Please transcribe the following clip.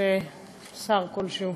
שר כלשהו.